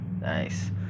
Nice